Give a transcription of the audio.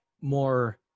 more